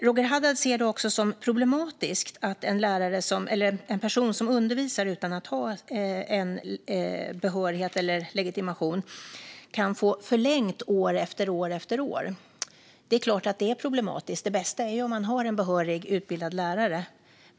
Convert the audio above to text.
Roger Haddad ser det som problematiskt att en person som undervisar utan att ha behörighet eller legitimation kan få förlängt år efter år efter år. Det är klart att det är problematiskt. Det bästa är om man har en behörig utbildad lärare.